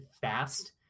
fast